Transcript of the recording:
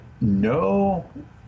no